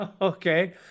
Okay